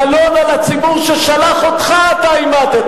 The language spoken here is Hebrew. קלון על הציבור ששלח אותך אתה המטת,